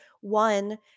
one